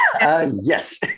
Yes